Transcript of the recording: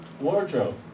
wardrobe